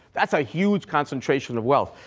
that's a huge concentration of wealth.